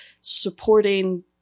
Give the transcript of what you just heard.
supporting